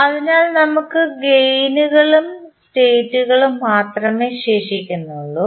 അതിനാൽ നമുക്ക് ഗേയിനുകളും സ്റ്റേറ്റ്കളും മാത്രമേ ശേഷിക്കുന്നുള്ളൂ